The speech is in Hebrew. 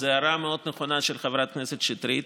זו הערה מאוד נכונה של חברת הכנסת שטרית.